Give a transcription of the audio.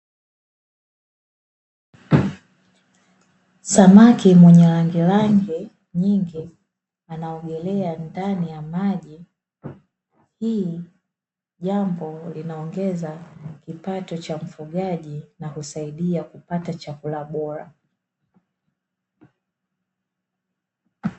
Samaki mwenye rangi rangi nyingi, anaogelea ndani ya maji, hili jambo linaloongeza kipato cha mfugaji na kusaidia kupata chakula bora.